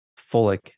folic